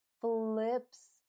flips